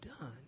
done